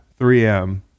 3M